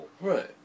Right